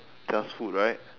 just food right